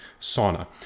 sauna